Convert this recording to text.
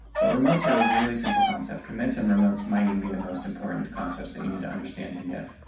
but remotes are really central concept commits and remotes might even be the most important concepts that you need to understand them get